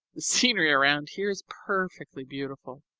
the scenery around here is perfectly beautiful.